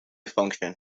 function